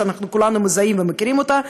שכולנו מזהים ומכירים אותה,